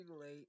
late